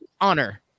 honor